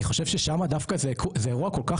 אני חושב ששמה דווקא זה אירוע כל כך